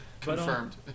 Confirmed